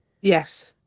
Yes